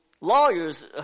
lawyers